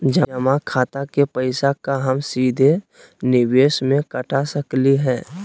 जमा खाता के पैसा का हम सीधे निवेस में कटा सकली हई?